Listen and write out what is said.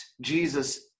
Jesus